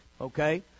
Okay